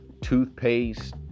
toothpaste